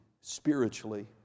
spiritually